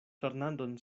fernandon